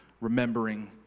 remembering